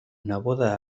neboda